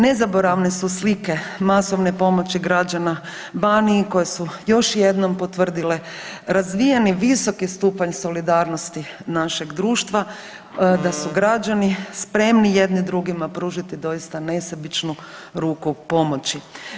Nezaboravne su slike masovne pomoći građana Baniji koje su još jednom potvrdile razvijeni visoki stupanj solidarnosti našeg društva da su građani spremni jedni drugima pružiti doista nesebičnu ruku pomoći.